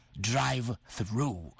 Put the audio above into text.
drive-through